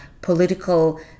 political